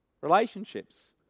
relationships